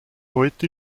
heute